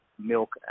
milk